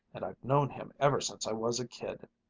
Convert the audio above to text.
and i've known him ever since i was a kid.